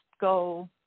go